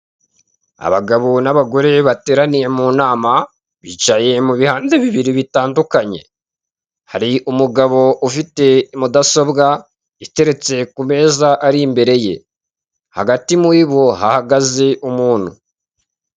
Abagabo n'abagore bateraniye mu nama bicaye mu bihande bibiri bitandukanye hari umugabo ufite mudasobwa iteretse ku meza ari imbere ye, hagati muri bo hahagaze umuntu.